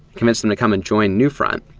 convince them to come and join newfront.